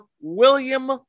William